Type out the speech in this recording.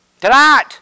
Tonight